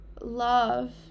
love